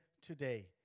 today